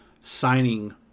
signing